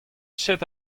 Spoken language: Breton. ket